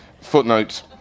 Footnote